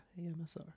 AMSR